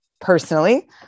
personally